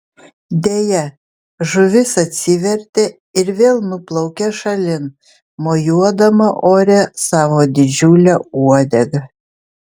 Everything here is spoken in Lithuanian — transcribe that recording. deja žuvis atsivertė ir vėl nuplaukė šalin mojuodama ore savo didžiule uodega